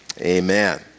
Amen